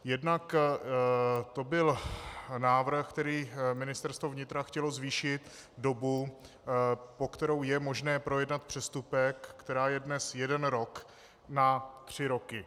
Jednak to byl návrh, kterým Ministerstvo vnitra chtělo zvýšit dobu, po kterou je možné projednat přestupek, která je dnes jeden rok, na tři roky.